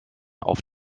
auf